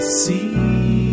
see